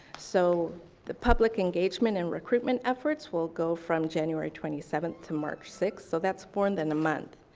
so the public engagement and recruitment efforts will go from january twenty seventh to march sixth. so that's more and than a month.